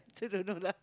so don't know lah